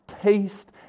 Taste